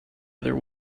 other